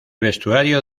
vestuario